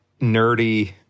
nerdy